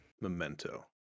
Memento